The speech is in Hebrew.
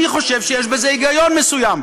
אני חושב שיש בזה היגיון מסוים.